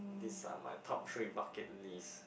these are my top three bucket list